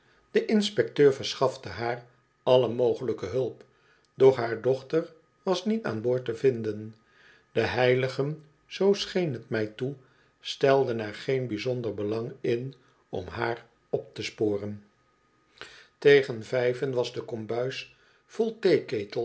de inspecteur verschafte haar alle mogelijke hulp doch haar dochter was niet aan boord te vinden de heiligen zoo scheen t mij toe stelden er geen bijzonder belang in om haar op te sporen